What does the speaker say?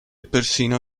persino